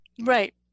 Right